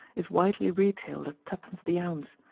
is widely retailed at tuppence the ounce.